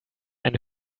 ein